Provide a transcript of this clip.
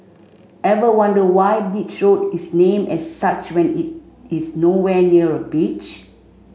ever wonder why Beach Road is named as such when it is nowhere near a beach